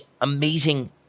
amazing